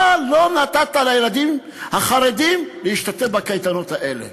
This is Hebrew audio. אתה לא נתת לילדים החרדים להשתתף בקייטנות האלה.